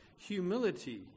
humility